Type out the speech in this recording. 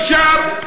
אפשר,